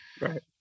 Right